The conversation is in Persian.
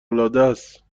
العادست